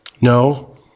No